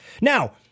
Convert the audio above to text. Now